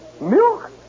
Milk